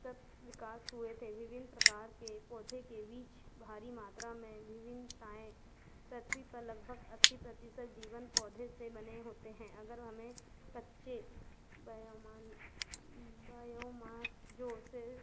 तत विकास हुए थे विभिन्न प्रकार के पौधे के बीच भारी मात्रा में विभिन्नताएँ पृथ्वी पर लगभग अस्सी प्रतिशत जीवन पौधे से बने होते हैं अगर हमें कच्चे बयामन बयोमास जो सिर्फ